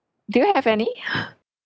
do you have any